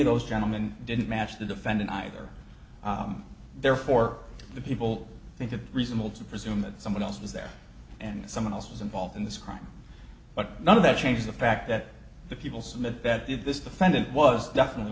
of those gentlemen didn't match the defendant either therefore the people think it reasonable to presume that someone else was there and someone else was involved in this crime but none of that changes the fact that the people submit that if this defendant was definitely